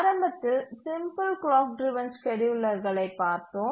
ஆரம்பத்தில் simple clock driven ஸ்கேட்யூலர்களைப் பார்த்தோம்